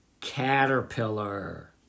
Caterpillar